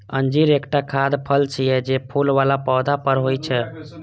अंजीर एकटा खाद्य फल छियै, जे फूल बला पौधा पर होइ छै